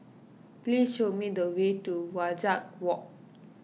please show me the way to Wajek Walk